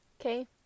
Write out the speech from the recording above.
okay